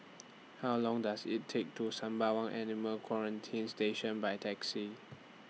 How Long Does IT Take to Sembawang Animal Quarantine Station By Taxi